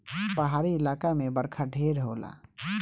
पहाड़ी इलाका मे बरखा ढेर होला